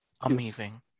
amazing